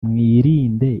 mwirinde